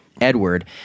Edward